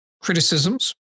criticisms